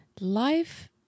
life